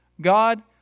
God